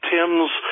Tim's